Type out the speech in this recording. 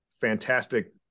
fantastic